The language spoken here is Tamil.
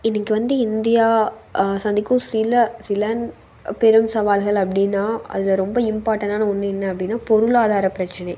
இன்றைக்கு வந்து இந்தியா சந்திக்கும் சில சில பெரும் சவால்கள் அப்படினா அதில் ரொம்ப இம்ப்பார்ட்டன்னான ஒன்று என்ன அப்படின்னா பொருளாதார பிரச்சனை